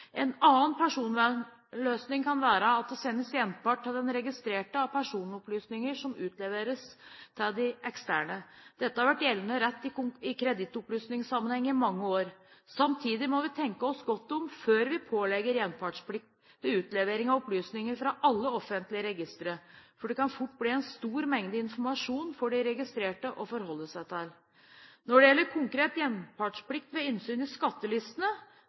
En annen personvernvennlig løsning kan være at det til den registrerte sendes gjenpart av personopplysninger, som utleveres til de eksterne. Dette har vært gjeldende rett i kredittopplysningssammenheng i mange år. Samtidig må vi tenke oss godt om før vi pålegger gjenpartsplikt ved utlevering av opplysninger fra alle offentlige registre, for det kan fort bli en stor mengde informasjon for de registrerte å forholde seg til. Når det gjelder konkret gjenpartsplikt ved innsyn i skattelistene,